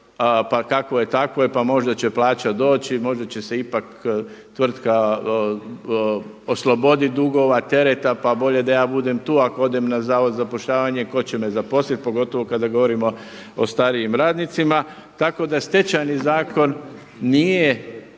pa kakvo je, takvo je. Možda će plaća doći, možda će se ipak tvrtka osloboditi dugova, tereta, pa bolje da ja budem tu. Ako odem na Zavod za zapošljavanje tko će me zaposliti pogotovo kada govorimo o starijim radnicima. Tako da Stečajni zakon nije